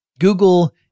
Google